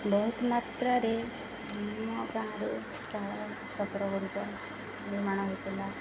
ବହୁତ ମାତ୍ରାରେ ଆମ ଗାଁରେ ଚାଳ ଛପର ଗୁଡ଼ିକ ନିର୍ମାଣ ହୋଇଥିଲା